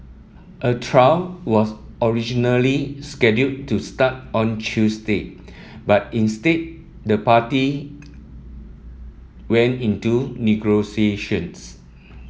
a trial was originally scheduled to start on Tuesday but instead the parties went into